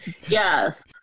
yes